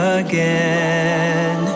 again